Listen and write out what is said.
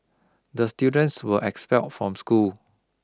the students were expelled from school